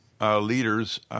leaders